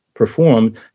performed